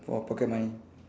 for pocket money